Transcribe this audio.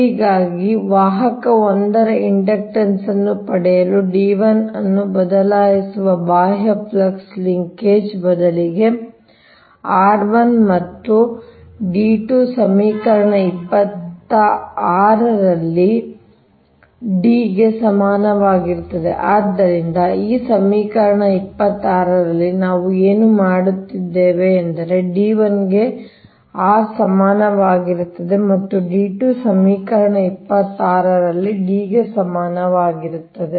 ಹೀಗಾಗಿ ವಾಹಕ1 ರ ಇಂಡಕ್ಟನ್ಸ್ ಅನ್ನು ಪಡೆಯಲು D1 ಅನ್ನು ಬದಲಿಸುವ ಬಾಹ್ಯ ಫ್ಲಕ್ಸ್ ಲಿಂಕೇಜ್ ಬದಲಿಗೆ r1 ಮತ್ತು D2 ಸಮೀಕರಣ 26 ರಲ್ಲಿ D ಗೆ ಸಮಾನವಾಗಿರುತ್ತದೆ ಆದ್ದರಿಂದ ಈ ಸಮೀಕರಣ 26 ರಲ್ಲಿ ನಾವು ಏನು ಮಾಡುತ್ತಿದ್ದೇವೆ ಎಂದರೆ D1 ಗೆ r ಸಮಾನವಾಗಿರುತ್ತದೆಮತ್ತು D 2 ಸಮೀಕರಣ 26 ರಲ್ಲಿ D ಗೆ ಸಮಾನವಾಗಿರುತ್ತದೆ